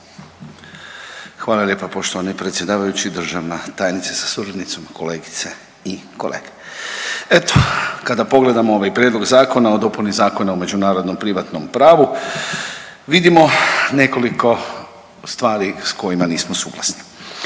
Hvala lijepa poštovani predsjedavajući, državna tajnice sa suradnicom, kolegice i kolege. Eto, kada pogledamo ovaj Prijedlog zakona o dopuni Zakona o međunarodnom privatnom pravu, vidimo nekoliko stvari s kojima nismo suglasni.